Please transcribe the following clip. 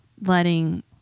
letting